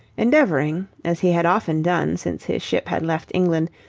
endeavouring, as he had often done since his ship had left england,